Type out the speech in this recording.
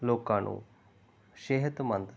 ਲੋਕਾਂ ਨੂੰ ਸਿਹਤਮੰਦ